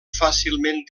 fàcilment